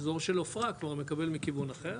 אזור של עופרה כבר מקבל מכיוון אחר,